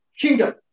kingdom